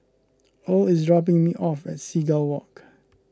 Earl is dropping me off at Seagull Walk